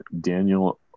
Daniel